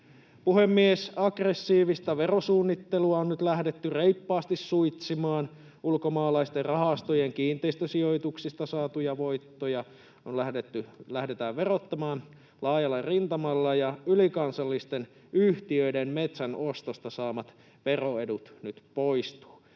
Puhemies! Aggressiivista verosuunnittelua on nyt lähdetty reippaasti suitsimaan. Ulkomaalaisten rahastojen kiinteistösijoituksista saatuja voittoja lähdetään verottamaan laajalla rintamalla, ja ylikansallisten yhtiöiden metsän ostosta saamat veroedut nyt poistuvat.